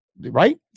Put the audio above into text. right